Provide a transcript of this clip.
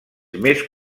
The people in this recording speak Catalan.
més